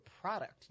product